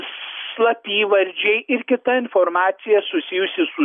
slapyvardžiai ir kita informacija susijusi su